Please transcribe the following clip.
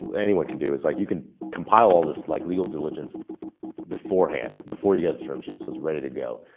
anyone can do, is like you can compile all this like legal diligence beforehand, before you get a terms sheet so it's ready to go.